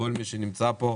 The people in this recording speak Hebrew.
לכל מי שנמצא פה,